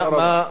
תודה רבה.